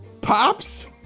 Pops